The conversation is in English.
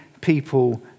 people